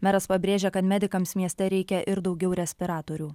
meras pabrėžė kad medikams mieste reikia ir daugiau respiratorių